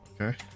Okay